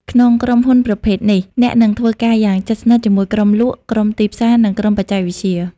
ក្នុងក្រុមហ៊ុនប្រភេទនេះ អ្នកនឹងធ្វើការយ៉ាងជិតស្និទ្ធជាមួយក្រុមលក់ ក្រុមទីផ្សារ និងក្រុមបច្ចេកវិទ្យា។